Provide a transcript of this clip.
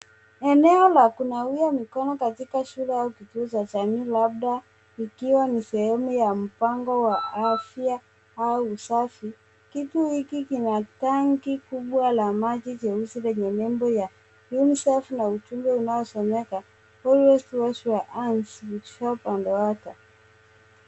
Eneo la kunawia mikono katika shule au kituo cha jamii labda ikiwa ni sehemu ya mpango wa afya au usafi. Kituo hiki kina tangi kubwa la rangi nyeusi yenye nembo ya UNICEF na ujumbe unaosomeka Always wash your hands with soap and water .